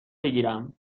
بکیرم